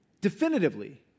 definitively